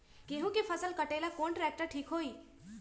गेहूं के फसल कटेला कौन ट्रैक्टर ठीक होई?